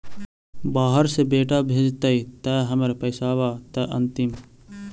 बाहर से बेटा भेजतय त हमर पैसाबा त अंतिम?